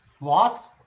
Lost